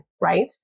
Right